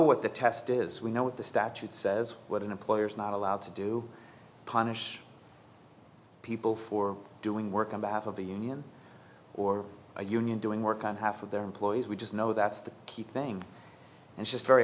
what the test is we know what the statute says what an employer is not allowed to do punish people for doing work on behalf of the union or a union doing work on behalf of their employees we just know that's the key thing and just very